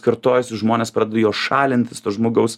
kartojasi žmonės pradeda jo šalintis to žmogaus